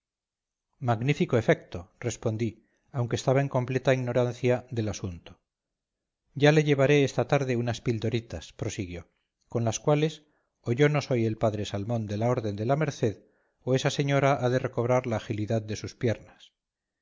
magnífico efecto respondí aunque estaba en completa ignorancia del asunto ya le llevaré esta tarde unas pildoritas prosiguió con las cuales o yo no soy el padre salmón de la orden de la merced o esa señora ha de recobrar la agilidad de sus piernas